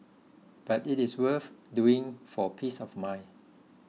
but it is worth doing for peace of mind